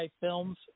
films